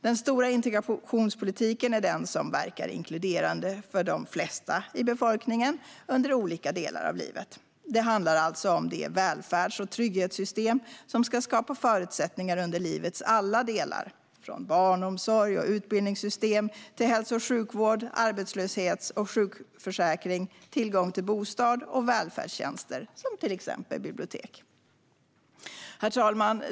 Den stora integrationspolitiken är den som verkar inkluderande för de flesta i befolkningen, under olika delar av livet. Det handlar alltså om det välfärds och trygghetssystem som ska skapa förutsättningar under livets alla delar, från barnomsorg och utbildningssystem till hälso och sjukvård, arbetslöshets och sjukförsäkring och tillgång till bostad och välfärdstjänster som till exempel bibliotek. Herr talman!